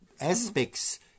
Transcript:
aspects